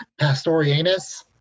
pastorianus